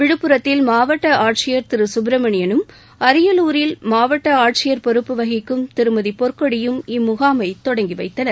விழுப்புரத்தில் மாவட்ட ஆட்சியர் சுப்ரமணியனும் அரியலூரில் மாவட்ட ஆட்சியர் பொறுப்பு வகிக்கும் திருமதி பொற்கொடியும் இம்முகாமை தொடங்கி வைத்தனர்